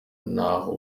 naho